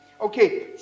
Okay